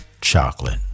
Chocolate